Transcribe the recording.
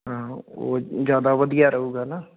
ਆਹੋ ਉਹ ਜ਼ਿਆਦਾ ਵਧੀਆ ਰਹੁਗਾ ਨਾ